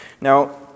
Now